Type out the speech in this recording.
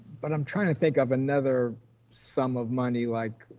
but i'm trying to think of another sum of money, like,